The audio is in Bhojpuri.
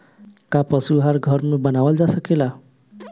का पशु आहार घर में बनावल जा सकेला?